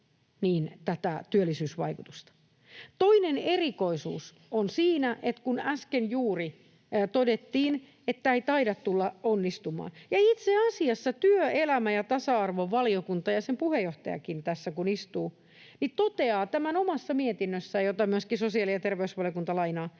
tätä työllisyysvaikutusta. Toinen erikoisuus on siinä, että kun äsken juuri todettiin, että tämä ei taida tulla onnistumaan, niin itse asiassa työelämä- ja tasa-arvovaliokunta ja sen puheenjohtajakin, joka tässä istuu, toteaa tämän omassa lausunnossaan, jota myöskin sosiaali- ja terveysvaliokunta lainaa.